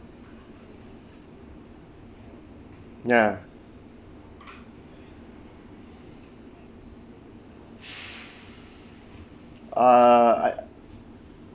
ya err I